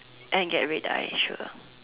and get red eye sure